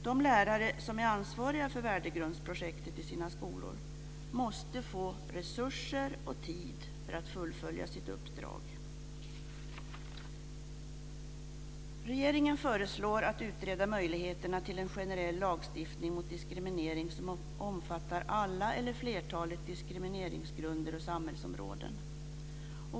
De lärare som är ansvariga för värdegrundsprojektet i sina skolor måste få resurser och tid för att fullfölja sitt uppdrag. Regeringen föreslår att man ska utreda möjligheterna till en generell lagstiftning mot diskriminering som omfattar alla eller flertalet diskrimineringsgrunder och samhällsområden.